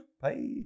Bye